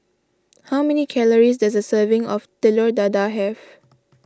how many calories does a serving of Telur Dadah have